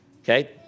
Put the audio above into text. okay